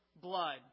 blood